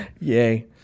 Yay